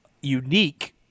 unique